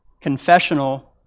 confessional